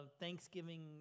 Thanksgiving